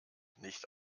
nicht